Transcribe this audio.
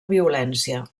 violència